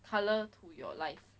colour to your life